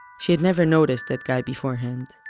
she had never noticed that guy beforehand.